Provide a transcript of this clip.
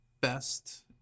best